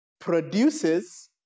produces